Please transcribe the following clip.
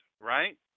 right